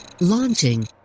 Launching